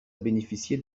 bénéficier